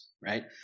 right